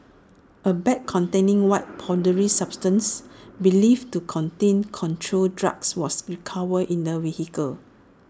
A bag containing white powdery substances believed to contain controlled drugs was recovered in the vehicle